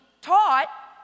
taught